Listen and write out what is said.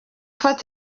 gufasha